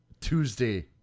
Tuesday